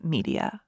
Media